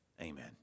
Amen